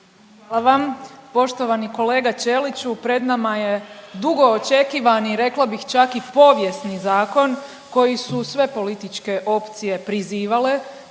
Hvala vam. Poštovani kolega Ćeliću pred nama je dugo očekivani, rekla bih čak i povijesni zakon koji su sve političke opcije prizivale